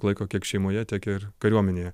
laiko kiek šeimoje tiek ir kariuomenėje